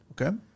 Okay